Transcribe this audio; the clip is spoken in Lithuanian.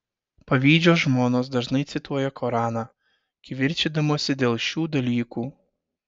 pavydžios žmonos dažnai cituoja koraną kivirčydamosi dėl šių dalykų